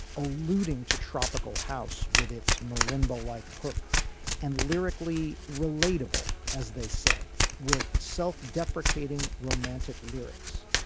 alluding to tropical house with its marimba like hook and lyrically relatable, as they say with self-deprecating romantic lyrics.